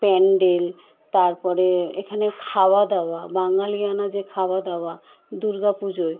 প্যান্ডেল তারপরে এখানে খাওয়া দাওয়া বাঙালিআনা যে খাওয়া দাওয়া দূর্গা পুজোয়